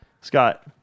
Scott